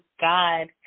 God